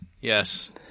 Yes